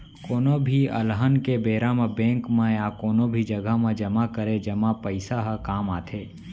कोनो भी अलहन के बेरा म बेंक म या कोनो भी जघा म जमा करे जमा पइसा ह काम आथे